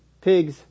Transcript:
pigs